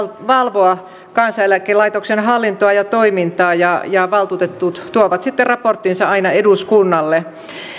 valvoa kansaneläkelaitoksen hallintoa ja toimintaa ja ja valtuutetut tuovat sitten raporttinsa aina eduskunnalle